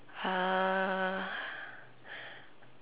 uh